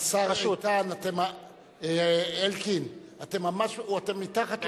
השר איתן, חבר הכנסת אלקין, אתם מתחת לבמה.